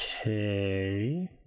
Okay